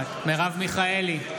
נוכחת מרב מיכאלי,